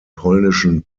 polnischen